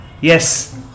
Yes